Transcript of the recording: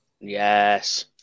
Yes